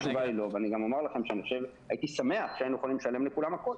אומר לכם, הייתי שמח שהיינו יכולים לשלם הכול,